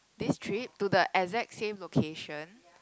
this trip to the exact same location